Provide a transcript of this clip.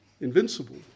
invincible